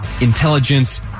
Intelligence